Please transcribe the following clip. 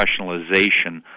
professionalization